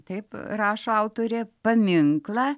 taip rašo autorė paminklą